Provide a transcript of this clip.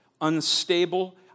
unstable